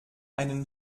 einen